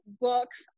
books